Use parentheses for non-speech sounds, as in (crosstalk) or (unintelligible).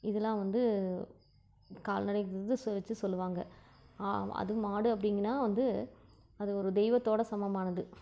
இதலாம் வந்து கால்நடை (unintelligible) வெச்சு சொல்லுவாங்க ஆ அது மாடு அப்படிங்கன்னா வந்து அது ஒரு தெய்வத்தோடு சமமானது